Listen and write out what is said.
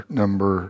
number